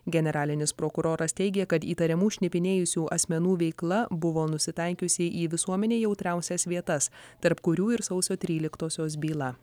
generalinis prokuroras teigė kad įtariamų šnipinėjusių asmenų veikla buvo nusitaikiusi į visuomenei jautriausias vietas tarp kurių ir sausio tryliktosios byla